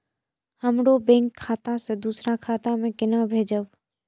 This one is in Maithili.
हमरो बैंक खाता से दुसरा खाता में केना भेजम?